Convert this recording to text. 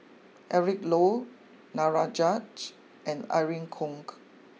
Eric Low and Irene Khong